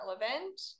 relevant